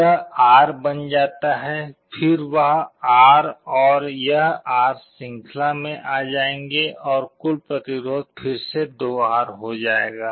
यह R बन जाता है फिर वह R और यह R श्रृंखला में आ जायेंगे और कुल प्रतिरोध फिर से 2R हो जाएगा